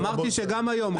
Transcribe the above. אמרתי שגם היום.